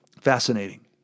Fascinating